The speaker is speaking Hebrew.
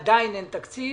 עדיין אין תקציב,